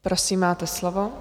Prosím, máte slovo.